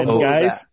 Guys